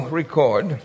record